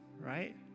right